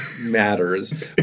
matters